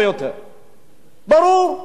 המצוקה שלהם היא ברורה,